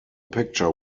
picture